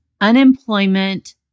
unemployment